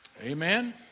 Amen